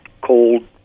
cold